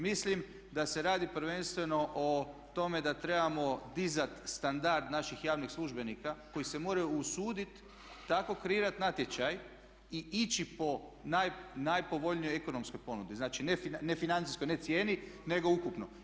Mislim da se radi prvenstveno o tome da trebamo dizati standard naših javnih službenika koji se moraju usuditi tako kreirati natječaj ići po najpovoljnijoj ekonomskoj ponudi, znači ne financijskoj, ne cijeni nego ukupno.